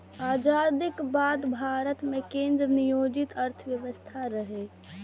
आजादीक बाद भारत मे केंद्र नियोजित अर्थव्यवस्था रहै